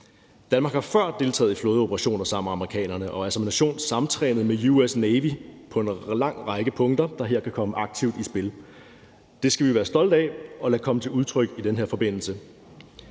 Danmark har før deltaget i flådeoperationer sammen med amerikanerne og er som nation samtrænet med U.S. Navy på en lang række punkter, der her kan komme aktivt i spil. Det skal vi være stolte af og lade komme til udtryk i den her forbindelse.